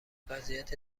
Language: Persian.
وضعیت